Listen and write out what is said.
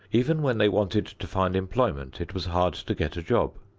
even when they wanted to find employment it was hard to get a job.